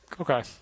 Okay